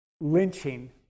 lynching